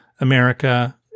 America